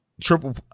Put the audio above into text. triple